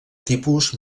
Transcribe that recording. tipus